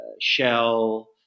Shell